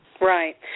Right